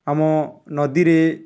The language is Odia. ଆମ ନଦୀରେ